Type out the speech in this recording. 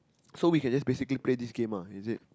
so we can just basically play this game ah is it